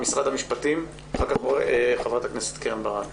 משרד המשפטים, בבקשה, ואחר כך חברת הכנסת קרן ברק.